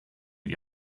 wie